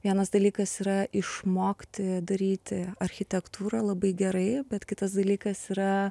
vienas dalykas yra išmokti daryti architektūrą labai gerai bet kitas dalykas yra